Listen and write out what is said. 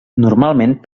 normalment